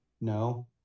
No